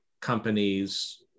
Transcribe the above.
companies